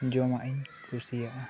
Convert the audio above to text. ᱡᱚᱢᱟᱜ ᱤᱧ ᱠᱩᱥᱤᱭᱟᱜᱼᱟ